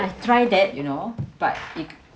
I try that you know but it